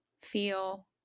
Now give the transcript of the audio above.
feel